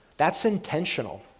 that's intentional.